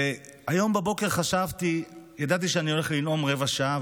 היום בבוקר ידעתי שאני הולך לנאום רבע שעה,